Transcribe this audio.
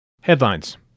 Headlines